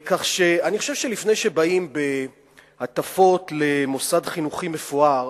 כך שאני חושב שלפני שבאים בהטפות למוסד חינוכי מפואר